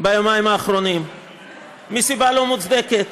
ביומיים האחרונים מסיבה לא מוצדקת.